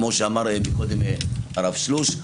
כמו שאמר קודם הרב שלוש.